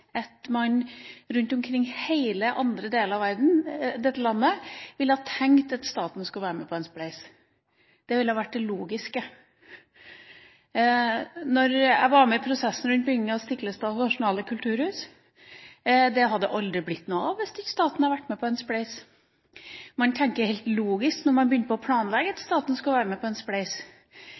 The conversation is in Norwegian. at man i alle andre deler av verden enn i dette landet ville ha tenkt at staten skulle være med på en spleis. Det ville vært det logiske. Jeg var med i prosessen rundt bygginga av Stiklestad Nasjonale Kultursenter. Det hadde aldri blitt noe av hvis ikke staten hadde vært med på en spleis. Man tenker helt logisk når man planlegger at staten skal være med på en